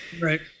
Right